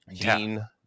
Dean